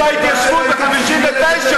הרס את כל ההתיישבות ב-59.